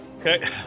okay